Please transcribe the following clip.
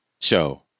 Show